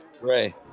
Ray